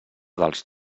dels